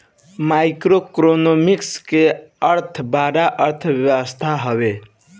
macroeconomics के अर्थ बड़ अर्थव्यवस्था हवे